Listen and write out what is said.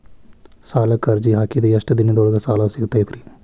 ಸಾಲಕ್ಕ ಅರ್ಜಿ ಹಾಕಿದ್ ಎಷ್ಟ ದಿನದೊಳಗ ಸಾಲ ಸಿಗತೈತ್ರಿ?